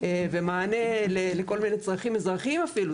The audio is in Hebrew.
ומענה לכל מיני צרכים אזרחיים אפילו,